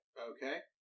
Okay